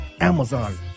Amazon